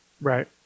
Right